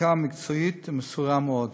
מחלקה מקצועית ומסורה מאוד.